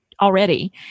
already